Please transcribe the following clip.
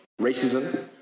racism